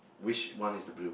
which one is the blue